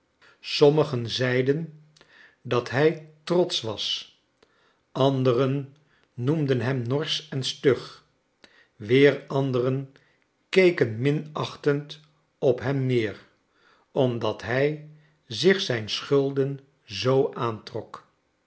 sommigen zeiden dat hij trotsch was anderen noemden hem norsch en stug weer anderen keken minachtend op hem neer omdat hij zich zijn schulden zoo aantrok